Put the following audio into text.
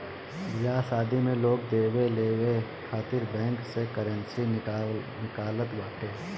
बियाह शादी में लोग लेवे देवे खातिर बैंक से करेंसी निकालत बाटे